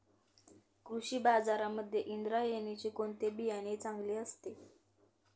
कृषी बाजारांमध्ये इंद्रायणीचे कोणते बियाणे चांगले असते?